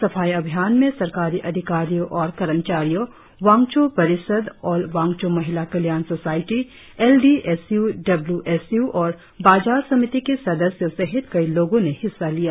सफाई अभियान में सरकारी अधिकारियो और कर्मचारियो वांचो परिषद ऑल वांचो महिला कल्याण society L D S U W S U और बाजार समिति के सदस्यों सहित कई लोगो ने हिस्सा लिया